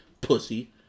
pussy